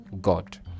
God